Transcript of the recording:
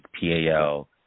PAL